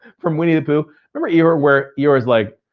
from winnie the pooh. remember eeyore where eeyore was like,